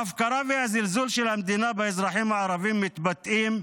ההפקרה והזלזול של המדינה באזרחים הערבים מתבטאים,